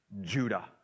Judah